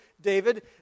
David